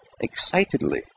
excitedly